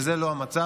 וזה לא המצב,